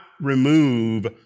remove